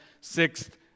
sixth